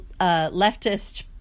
leftist